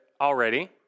already